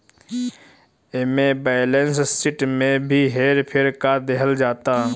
एमे balance sheet में भी हेर फेर क देहल जाता